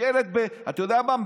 אתה יודע מה,